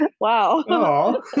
wow